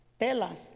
Telas